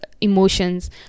emotions